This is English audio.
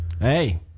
hey